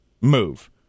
move